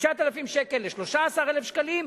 מ-9,000 שקלים ל-13,000 שקלים,